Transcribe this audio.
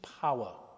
power